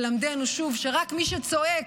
ללמדנו שוב שרק מי שצועק,